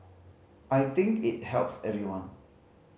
I think it helps everyone